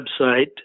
website